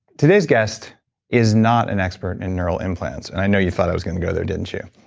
today's guest is not an expert in neural implants, and i know you thought i was going to go there, didn't you?